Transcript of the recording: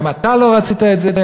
גם אתה לא רצית את זה,